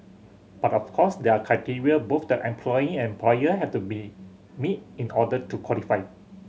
but of course there are criteria both the employee and employer have to be meet in order to qualify